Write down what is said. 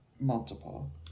multiple